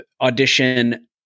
audition